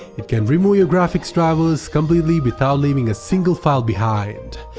it can remove your graphics drivers completely without leaving a single file behind,